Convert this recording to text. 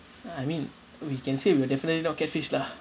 uh I mean we can say we will definitely not get fish lah